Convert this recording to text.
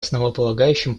основополагающим